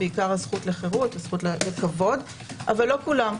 בעיקר הזכות לחירות ולכבוד אך לא כולם.